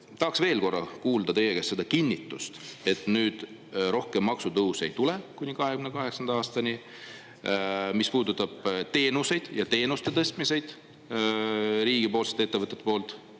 tahaks veel korra kuulda teie käest seda kinnitust, et nüüd rohkem maksutõuse ei tule kuni 2028. aastani, mis puudutab teenuseid ja teenuste tõstmiseid riigipoolsete ettevõtete poolt